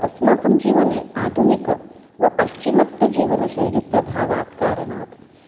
अस्माकं जीवने आधुनिकं वा पाश्चिमात्यजीवनशैलीप्रभावात् कारणात्